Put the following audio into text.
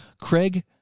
Craig